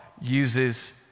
uses